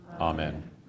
Amen